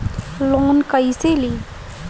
Loan कईसे ली?